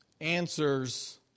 answers